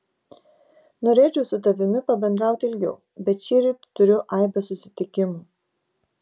norėčiau su tavimi pabendrauti ilgiau bet šįryt turiu aibę susitikimų